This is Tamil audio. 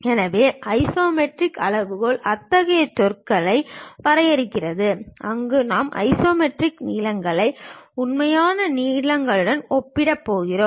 எனவே ஐசோமெட்ரிக் அளவுகோல் அத்தகைய சொற்களை வரையறுக்கிறது அங்கு நாம் ஐசோமெட்ரிக் நீளங்களை உண்மையான நீளங்களுடன் ஒப்பிடப் போகிறோம்